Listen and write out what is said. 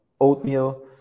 oatmeal